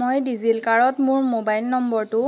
মই ডিজিলকাৰত মোৰ মোবাইল নম্বৰটো